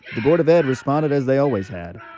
the board of ed responded as they always had,